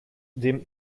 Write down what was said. dem